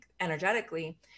energetically